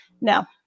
no